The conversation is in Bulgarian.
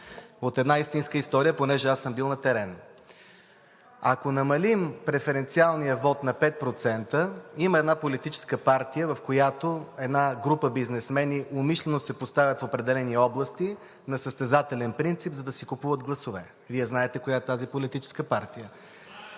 от една истинска история, понеже аз съм бил на терен. Ако намалим преференциалния вот на 5%, има една политическа партия, в която една група бизнесмени умишлено се поставят в определени области на състезателен принцип, за да си купуват гласове. Вие знаете коя е тази политическа партия.